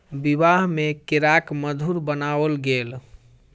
विवाह में केराक मधुर बनाओल गेल